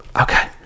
okay